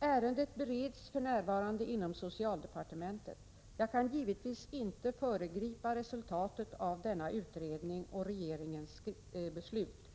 Ärendet bereds för närvarande inom socialdepartementet. Jag kan givetvis inte föregripa resultatet av denna utredning och regeringens beslut.